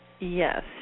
yes